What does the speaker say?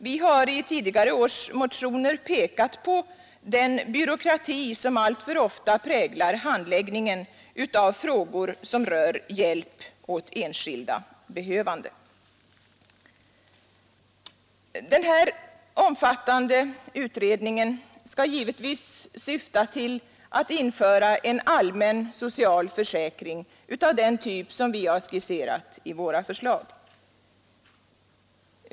Vi har i tidigare års motioner pekat på den byråkrati som alltför ofta präglar handläggningen av frågor som rör hjälp åt enskilda behövande. Denna omfattande utredning skall givetvis syfta till att införa en allmän social försäkring av den typ vi skisserat i vårt förslag.